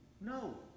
No